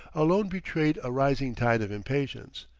alone betrayed a rising tide of impatience.